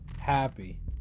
happy